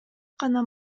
гана